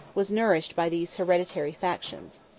was nourished by these hereditary factions.